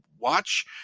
watch